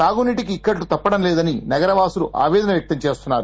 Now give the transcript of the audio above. తాగునీటికి ఇక్కట్లు తప్పడం లేదని పట్టణవాసులు ఆవేదన వ్వక్తం చేస్తున్నారు